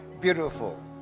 Beautiful